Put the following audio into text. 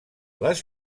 les